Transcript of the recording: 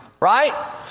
right